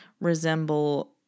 resemble